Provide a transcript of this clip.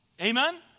Amen